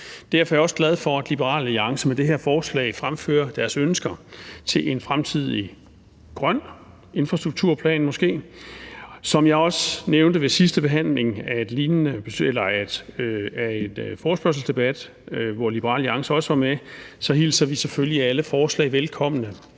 Derfor er jeg også glad for, at Liberal Alliance med det her forslag fremfører deres ønsker til en fremtidig grøn infrastrukturplan måske. Som jeg også nævnte under en forespørgselsdebat med lignende tema, hvor Liberal Alliance også var med, hilser vi selvfølgelig alle forslag velkommen,